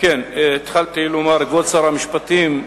כבוד שר המשפטים,